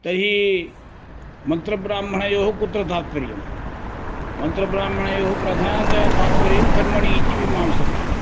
तर्हि मन्त्रब्राह्मणयोः कुत्र तात्पर्यं मन्त्रब्राह्मणयोः प्रधानतया तात्पर्यं कर्मणि इति मीमांसकाः